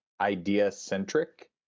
idea-centric